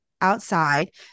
outside